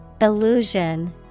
Illusion